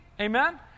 Amen